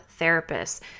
therapists